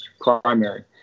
primary